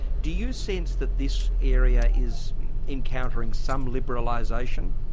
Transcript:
do you sense that this area is encountering some liberalisation?